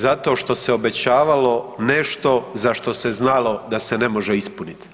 Zato što se obećavalo nešto za što se znalo da se ne može ispuniti.